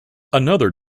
another